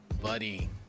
buddy